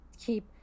keep